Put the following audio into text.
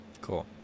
cool